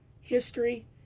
history